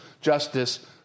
justice